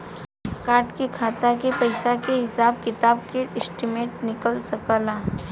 Card से खाता के पइसा के हिसाब किताब के स्टेटमेंट निकल सकेलऽ?